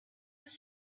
his